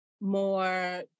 more